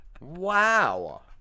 Wow